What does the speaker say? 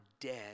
dead